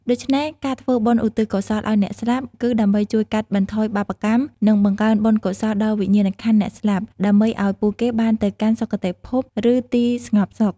ដូច្នេះ ការធ្វើបុណ្យឧទ្ទិសកុសលឲ្យអ្នកស្លាប់ គឺដើម្បីជួយកាត់បន្ថយបាបកម្ម និងបង្កើនបុណ្យកុសលដល់វិញ្ញាណក្ខន្ធអ្នកស្លាប់ ដើម្បីឲ្យពួកគេបានទៅកាន់សុគតិភព ឬទីស្ងប់សុខ។